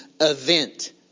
event